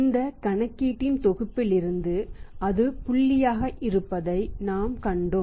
இந்த கணக்கீட்டின் தொகுப்பிலிருந்து அது புள்ளியாக இருப்பதை நாம் கண்டோம்